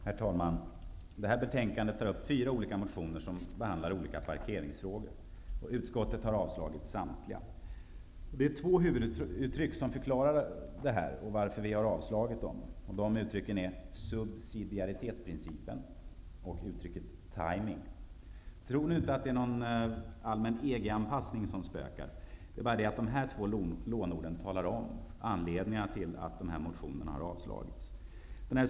Herr talman! Detta betänkande tar upp fyra olika motioner som behandlar parkeringsfrågor. Utskottet har avstyrkt samtliga. Det är två huvuduttryck som förklarar varför. Dessa är Tro nu inte att det är någon allmän EG-anpassning som spökar. Det är bara det att dessa två låneord talar om anledningen till att dessa motioner har avstyrkts.